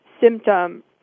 symptom